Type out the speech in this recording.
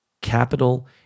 Capital